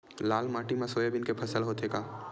लाल माटी मा सोयाबीन के फसल होथे का?